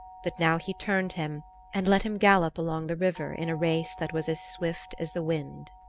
but now he turned him and let him gallop along the river in a race that was as swift as the wind.